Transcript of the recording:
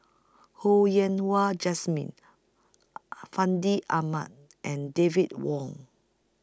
Ho Yen Wah Jesmine Fandi Ahmad and David Wong